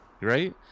Right